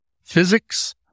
physics